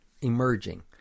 emerging